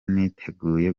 niteguye